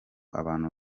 abantu